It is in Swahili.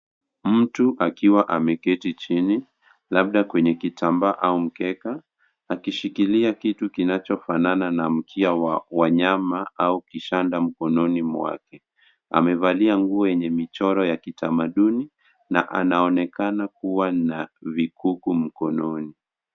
Mtu akiwa ameketi chini, labda kwenye kitambaa au mkeka, akishikilia itu kinachofanana na mkia wa wanyama au kishanda mkononi mwake. Amevalia nguo yenye michoro ya kitamaduni na anaonekana kuwa na vikuku mkononi.